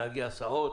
נהגי הסעות,